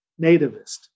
nativist